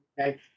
okay